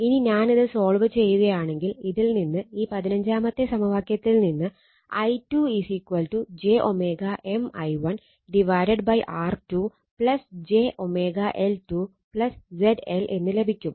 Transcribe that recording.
ഇനി ഞാനിത് സോൾവ് ചെയ്യുകയാണെങ്കിൽ ഇതിൽ നിന്ന് ഈ 15 മത്തെ സമവാക്യത്തിൽ നിന്ന് i2 j M i1 R2 j L2 ZL എന്ന് ലഭിക്കും